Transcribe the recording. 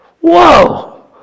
whoa